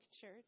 church